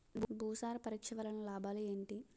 భూసార పరీక్ష వలన లాభాలు ఏంటి?